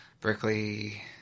Berkeley